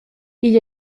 igl